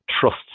trusts